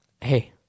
hey